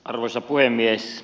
arvoisa puhemies